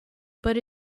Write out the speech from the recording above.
but